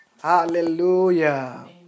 Hallelujah